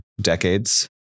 decades